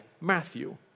Matthew